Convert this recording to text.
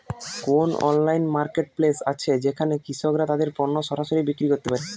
কোন online marketplace আছে যেখানে কৃষকরা তাদের পণ্য সরাসরি বিক্রি করতে পারে?